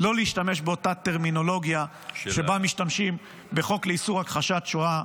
לא להשתמש באותה טרמינולוגיה שבה משתמשים בחוק לאיסור הכחשת שואה.